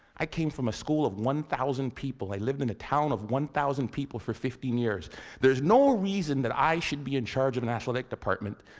i came from a school of one thousand people, i lived in a town of one thousand people for fifteen years there's no reason that i should be in charge of an athletics department,